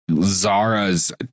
Zara's